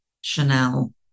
Chanel